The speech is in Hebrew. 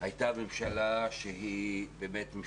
הייתה ממשלה שניסתה,